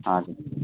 हजुर